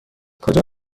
کجا